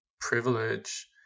privilege